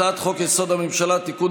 הצעת חוק-יסוד: הממשלה (תיקון,